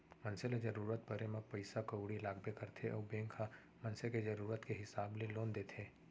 मनसे ल जरूरत परे म पइसा कउड़ी लागबे करथे अउ बेंक ह मनसे के जरूरत के हिसाब ले लोन देथे